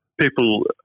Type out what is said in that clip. people